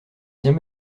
viens